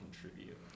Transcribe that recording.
contribute